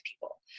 people